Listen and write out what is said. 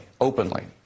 openly